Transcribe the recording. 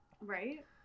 Right